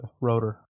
Rotor